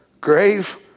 grave